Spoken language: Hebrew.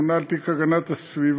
הממונה על תיק הגנת הסביבה,